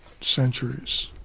centuries